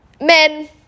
men